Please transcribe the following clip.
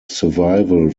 survival